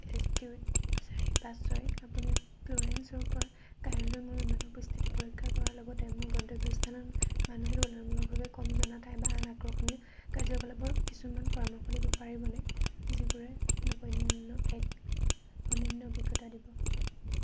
S T U চাৰি পাঁচ ছয় আপুনি ফ্লোৰেন্সৰ পৰা কায়ৰোলৈ মোৰ বিমানৰ স্থিতি পৰীক্ষা কৰাৰ লগতে মোৰ গন্তব্য স্থানত মানুহে তুলনামূলকভাৱে কম জনা ঠাই বা আন আকৰ্ষণীয় কাৰ্যকলাপৰ কিছুমান পৰামৰ্শ দিব পাৰিবনে যিবোৰে মোক অন্য় এক অনন্য অভিজ্ঞতা দিব